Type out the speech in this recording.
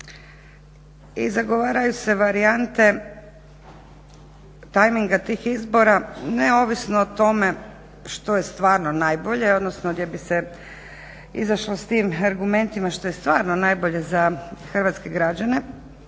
i zagovaraju se varijante tajminga tih izbora, neovisno o tome što je stvarno najbolje, odnosno gdje bi se izašlo s tim argumentima što je stvarno najbolje za hrvatske građane,